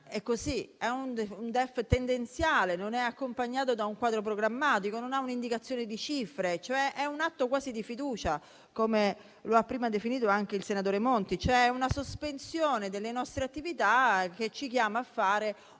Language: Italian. - è un DEF tendenziale, non è accompagnato da un quadro programmatico, non ha un'indicazione di cifre, cioè è un atto quasi di fiducia, come lo ha prima definito anche il senatore Monti. Si tratta di una sospensione delle nostre attività che ci chiama a fare